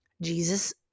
jesus